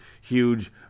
huge